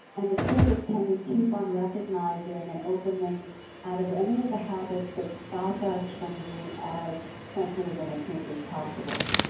and the trick is can we keep on recognizing and opening out of any of the habits that stop us from being as sensitive and attuned as possible?